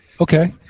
Okay